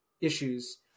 issues